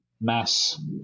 mass